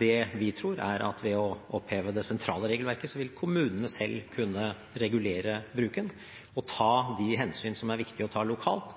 Det vi tror, er at ved å oppheve det sentrale regelverket vil kommunene selv kunne regulere bruken og ta de hensyn som det er viktig å ta, lokalt.